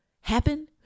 happen